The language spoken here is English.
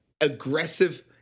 aggressive